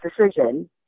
decision